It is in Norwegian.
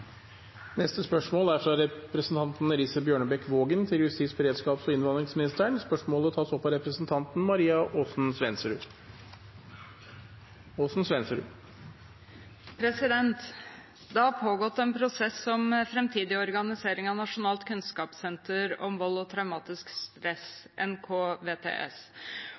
fra representanten Elise Bjørnebekk-Waagen til justis-, beredskaps- og innvandringsministeren, vil bli tatt opp av representanten Maria Aasen-Svensrud. «Det har pågått en prosess om fremtidig organisering av Nasjonalt kunnskapssenter om vold og traumatisk stress